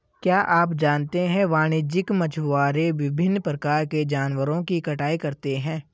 क्या आप जानते है वाणिज्यिक मछुआरे विभिन्न प्रकार के जानवरों की कटाई करते हैं?